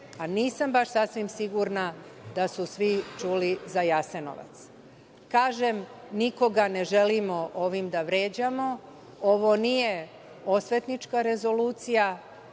a nisam baš sasvim sigurna da su svi čuli za „Jasenovac“. Kažem, nikoga ne želim ovim da vređamo, ovo nije osvetnička Rezolucija.